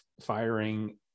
firing